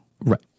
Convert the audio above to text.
right